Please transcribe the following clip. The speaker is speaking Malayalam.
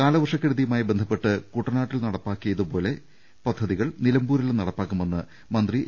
കാലവർഷക്കെ ടുതിയുമായി ബന്ധപ്പെട്ട് കുട്ടനാട്ടിൽ നടപ്പാക്കിയതുപോലെ പദ്ധതികൾ നില മ്പൂരിലും നടപ്പാക്കുമെന്ന് മന്ത്രി എ